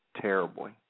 terribly